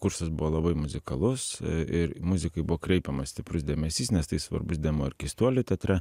kursas buvo labai muzikalus ir muzikai buvo kreipiamas stiprus dėmesys nes tai svarbus demo ir keistuolių teatre